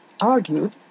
argued